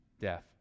death